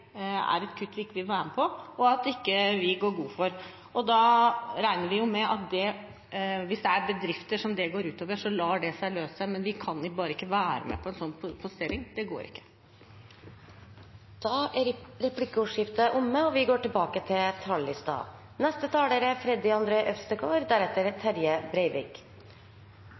er et kutt vi ikke vil være med på, og som vi ikke går god for. Da regner vi jo med at hvis det er bedrifter som det går ut over, så lar det seg løse, men vi kan bare ikke være med på en slik postering. Det går ikke. Replikkordskiftet er omme. SV har levert et alternativt budsjett med en gjennomgående rød tråd. Den røde tråden er at vårt budsjett skal være for de mange, og